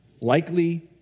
likely